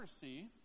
see